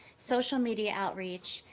social media outreach,